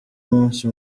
munsi